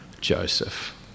Joseph